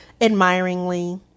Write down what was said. admiringly